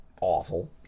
awful